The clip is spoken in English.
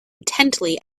intently